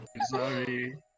Sorry